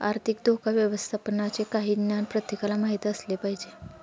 आर्थिक धोका व्यवस्थापनाचे काही ज्ञान प्रत्येकाला माहित असले पाहिजे